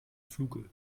fluge